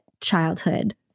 childhood